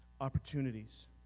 opportunities